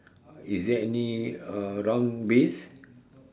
is there any uh round base